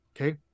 okay